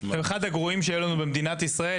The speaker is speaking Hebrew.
אחד הגרועים שהיו לנו במדינת ישראל,